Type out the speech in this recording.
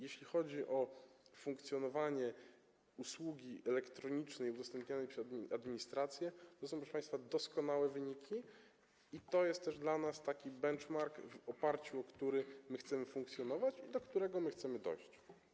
Jeśli chodzi o funkcjonowanie usługi elektronicznej udostępnianej przez administrację, to są, proszę państwa, doskonałe wyniki i to jest też dla nas taki benchmark, w oparciu o który chcemy funkcjonować i do którego chcemy dojść.